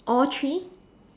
all three